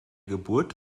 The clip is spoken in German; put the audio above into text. geburt